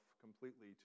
completely